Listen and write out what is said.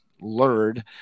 lured